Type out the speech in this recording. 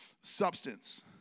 substance